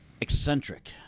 eccentric